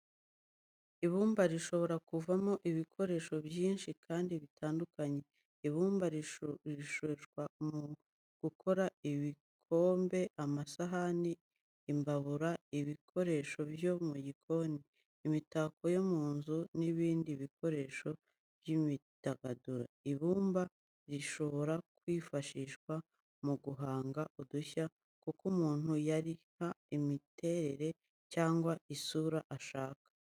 Ibumba rishobora kuvamo ibikoresho byinshi kandi bitandukanye. Ibumba rikoreshwa mu gukora ibikombe, amasahani, imbabura, ibikoresho byo mu gikoni, imitako yo mu nzu n'ibindi bikoresho by'imyidagaduro. Ibumba rishobora kwifashishwa mu guhanga udushya, kuko umuntu yariha imiterere cyangwa isura ashaka.